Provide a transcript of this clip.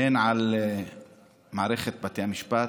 על מערכת בתי המשפט,